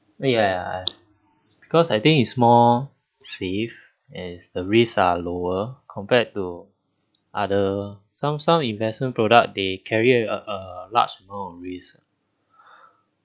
yeah because I think it's more safe as the risk are lower compared to other some some investment product they carry err a large amount of risk